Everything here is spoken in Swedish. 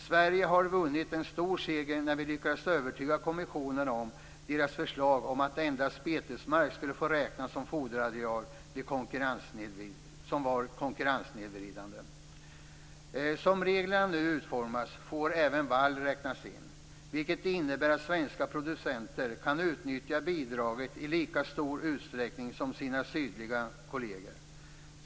Sverige vann en stor seger när vi lyckades övertyga kommissionen om att dess förslag om att endast betesmark skulle få räknas som foderareal var konkurrenssnedvridande. Som reglerna nu utformas får även vall räknas in, vilket innebär att svenska producenter kan utnyttja bidraget i lika stor utsträckning som sina sydligare kolleger.